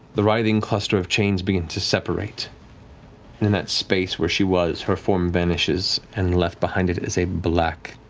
the writhing cluster of chains begin to separate, and in that space where she was, her form vanishes, and left behind it it is a black,